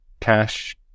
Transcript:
cash